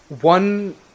one